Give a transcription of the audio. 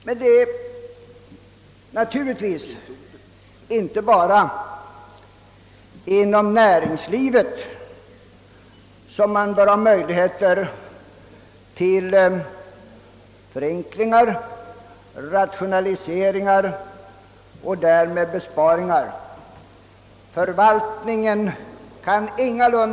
Men det är naturligtvis inte bara inom näringslivet som man bör ha möjlighet till förenklingar och rationaliseringar och därmed besparingar.